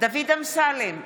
דוד אמסלם,